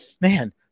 man